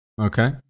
Okay